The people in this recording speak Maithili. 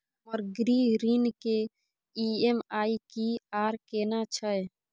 हमर गृह ऋण के ई.एम.आई की आर केना छै?